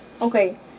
Okay